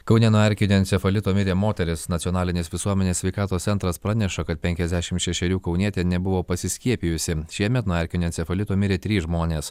kaune nuo erkinio encefalito mirė moteris nacionalinės visuomenės sveikatos centras praneša kad penkiasdešimt šešerių kaunietė nebuvo pasiskiepijusi šiemet nuo erkinio encefalito mirė trys žmonės